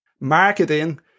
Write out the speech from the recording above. marketing